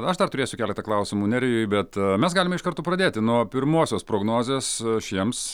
aš dar turėsiu keletą klausimų nerijui bet mes galime iš karto pradėti nuo pirmosios prognozės šiems